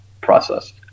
process